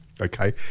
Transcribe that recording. Okay